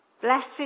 Blessed